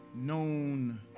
known